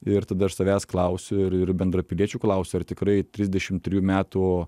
ir tada aš savęs klausiu ir ir bendrapiliečių klausiu ar tikrai trisdešimt trejų metų